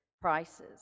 prices